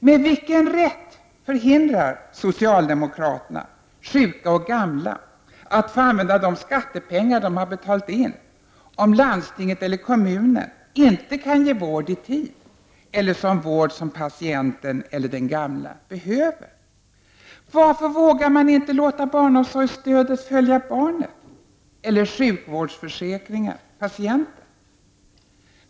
Med vilken rätt förhindrar socialdemokraterna sjuka och gamla att få använda de skattepengar som de betalt in då landstinget eller kommunen inte kan ge vård i tid eller sådan vård som patienten eller den gamla behöver? Varför vågar ni inte låta barnomsorgsstödet följa barnet, eller sjukvårdsförsäkringen patienten?